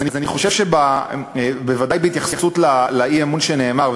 אז אני חושב שבוודאי בהתייחסות לאי-אמון שנאמר,